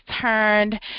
turned